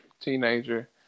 teenager